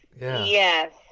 yes